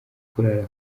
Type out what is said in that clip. kurara